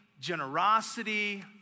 generosity